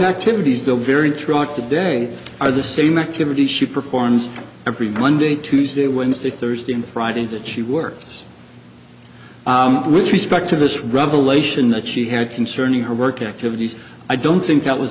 activities the very throughout the day are the same activities she performs every monday tuesday wednesday thursday and friday that she works with respect to this revelation that she had concerning her work activities i don't think that was